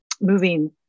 moving